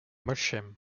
molsheim